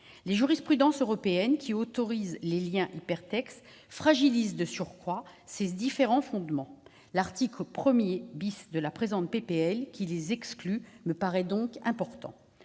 Les jurisprudences européennes qui autorisent les liens hypertextes fragilisent de surcroît ces différents fondements ; l'article 1 de la présente proposition de loi, qui les exclut, me paraît donc important.